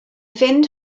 fynd